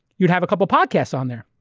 you'd have a couple podcasts on there.